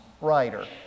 writer